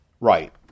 Right